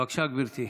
בבקשה, גברתי.